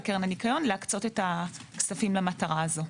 לקרן הניקיון להקצות את הכספים למטרה הזאת.